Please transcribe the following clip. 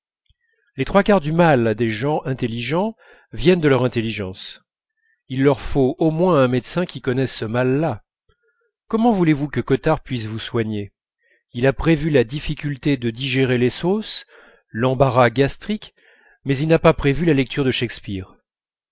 les trois quarts du mal des gens intelligents viennent de leur intelligence il leur faut au moins un médecin qui connaisse ce mal là comment voulez-vous que cottard puisse vous soigner il a prévu la difficulté de digérer les sauces l'embarras gastrique mais il n'a pas prévu la lecture de shakespeare